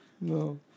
No